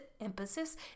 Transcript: emphasis